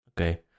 okay